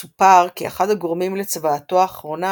מסופר כי אחד הגורמים לצוואתו האחרונה